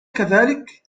كذلك